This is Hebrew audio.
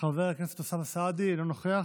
חבר הכנסת אוסאמה סעדי, אינו נוכח,